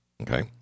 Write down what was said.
Okay